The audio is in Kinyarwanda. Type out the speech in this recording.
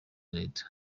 leta